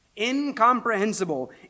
incomprehensible